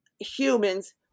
humans